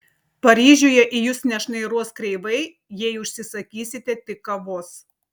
paryžiuje į jus nešnairuos kreivai jei užsisakysite tik kavos